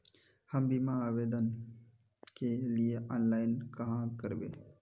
हम बीमा आवेदान के लिए ऑनलाइन कहाँ करबे?